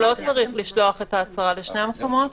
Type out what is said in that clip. הוא לא צריך לשלוח את ההצהרה לשני המקומות,